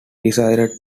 decides